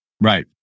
Right